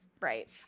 right